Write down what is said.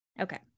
Okay